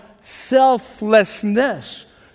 selflessness